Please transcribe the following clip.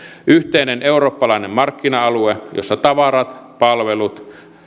yhteinen eurooppalainen markkina alue jossa tavarat palvelut